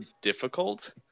difficult